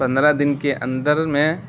پندرہ دن کے اندر میں